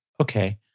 Okay